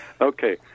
Okay